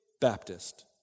Baptist